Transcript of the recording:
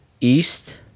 East